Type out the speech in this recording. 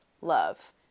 love